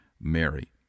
Mary